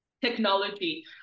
technology